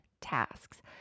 tasks